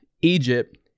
Egypt